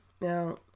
Now